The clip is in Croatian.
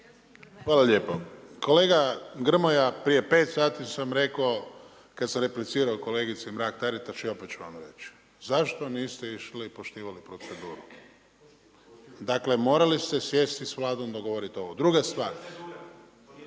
Hvala lijepo. Kolega Grmoja, prije pet sati sam rekao kad sam replicirao kolegici Mrak-Taritaš, i opet ću vam reć. Zašto niste išli poštivali proceduru? Dakle, morali ste sjesti s Vladom, dogovorit ovo. Druga stvar…